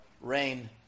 rain